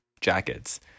jackets